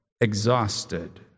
exhausted